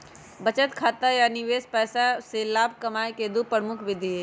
बचत आ निवेश पैसा से लाभ कमाय केँ दु प्रमुख विधि हइ